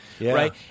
right